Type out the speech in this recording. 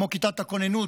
כמו כיתת הכוננות,